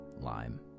Lime